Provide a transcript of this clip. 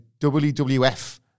WWF